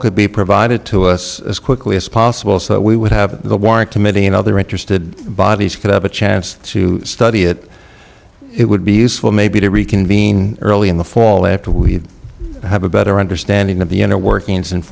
could be provided to us as quickly as possible so that we would have the warrant committee and other interested bodies could have a chance to study it it would be useful maybe to reconvene early in the fall after we have a better understanding of the inner workings and